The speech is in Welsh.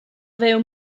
fyw